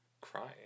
crying